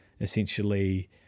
essentially